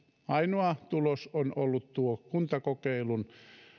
ainoa tulos on ollut tuo kuntakokeilun